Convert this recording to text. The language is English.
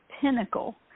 pinnacle